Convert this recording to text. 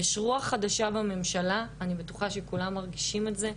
יש רוח חדש בממשלה ואני בטוחה שכולם מרגישים את זה,